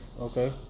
Okay